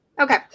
okay